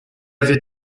avait